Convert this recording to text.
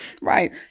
Right